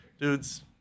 Dude's